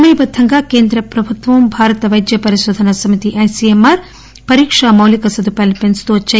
సమయబద్దంగా కేంద్ర ప్రభుత్వం భారత పైద్య పరిశోధన సమితి ఐసిఎంఆర్ పరీక్ష మౌలిక సదుపాయాలను పెంచుతూ వచ్చాయి